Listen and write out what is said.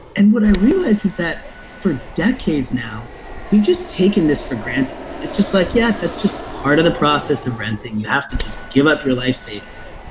and what i realized is that for decades now we've just taken this granted. it's just like yeah, that's just part of the process of renting. you have to just give up your life savings.